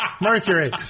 Mercury